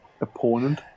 opponent